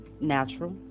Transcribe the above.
natural